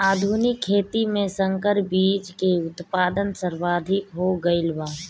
आधुनिक खेती में संकर बीज के उत्पादन सर्वाधिक हो गईल बा